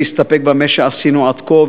להסתפק במה שעשינו עד כה,